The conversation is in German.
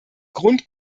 grund